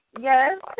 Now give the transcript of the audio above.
yes